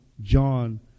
John